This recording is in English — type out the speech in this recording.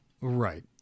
Right